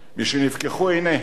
משנפקחו עיניהם